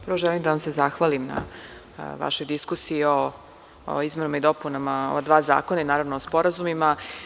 Prvo želim da vam se zahvalim na vašoj diskusiji o izmenama i dopunama ova dva zakona i naravno o sporazumima.